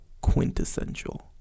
quintessential